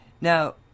Now